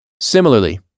Similarly